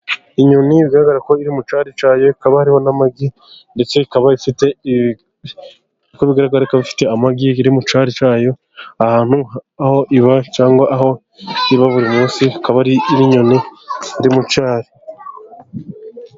Inyoni bigaragara ko iri mu cyari cya yo, ikaba hariho n'amagi, ndetse ikaba ifite nk'uko bigaragara ko ifite amagi, iri mu cyari cya yo, ahantu aho iba cyangwa aho iri iba buri munsi, ikaba ari inyoni iri mu cyari.